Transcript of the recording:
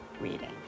reading